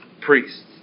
priests